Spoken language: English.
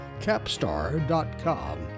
capstar.com